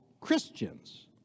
Christians